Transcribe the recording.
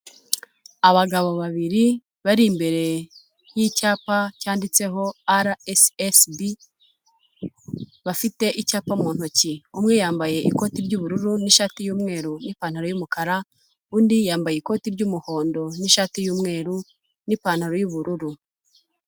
Abagabo babiri bari imbere y'icyapa cyanditseho RSSB, bafite icyapa mu ntoki, umwe yambaye ikoti ry'ubururu n'ishati y'umweru n'ipantaro y'umukara undi yambaye ikoti ry'umuhondo n'ishati y'umweru n'ipantaro y'ubururu.